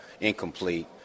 incomplete